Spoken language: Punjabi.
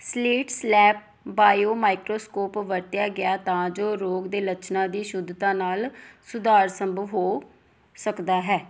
ਸਲੀਟ ਸਲੈਪ ਬਾਇਓਮਾਈਕਰੋਸਕੋਪ ਵਰਤਿਆ ਗਿਆ ਤਾਂ ਜੋ ਰੋਗ ਦੇ ਲੱਛਣਾਂ ਦੀ ਸ਼ੁੱਧਤਾ ਨਾਲ ਸੁਧਾਰ ਸੰਭਵ ਹੋ ਸਕਦਾ ਹੈ